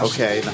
Okay